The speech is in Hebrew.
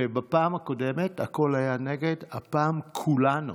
בפעם הקודמת הכול היה נגד, הפעם כולנו,